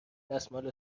دستمال